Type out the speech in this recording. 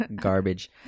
garbage